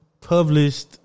published